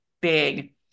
big